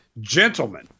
Gentlemen